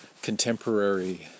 contemporary